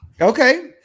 Okay